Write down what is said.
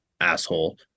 asshole